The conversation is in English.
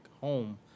home